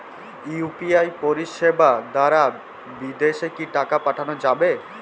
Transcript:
UPI পরিষেবা দারা বিদেশে কি টাকা পাঠানো যাবে?